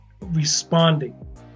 Responding